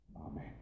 Amen